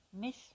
Miss